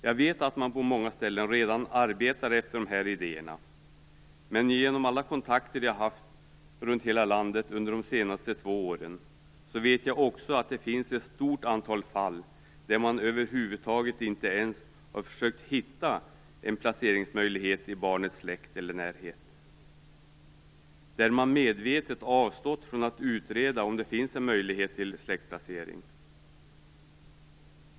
Jag vet att man på många ställen redan arbetar efter de här idéerna, men genom alla kontakter jag har haft runt hela landet under de senaste två åren vet jag också att det finns ett stort antal fall där man inte över huvud taget har försökt hitta en placeringsmöjlighet i barnets släkt eller närhet och där man medvetet avstått från att utreda om det finns någon möjlighet till släktplacering.